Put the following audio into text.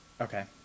okay